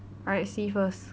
alright see first